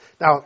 Now